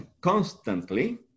constantly